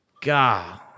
God